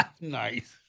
nice